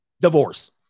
Divorce